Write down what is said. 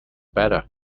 better